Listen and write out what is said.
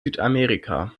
südamerika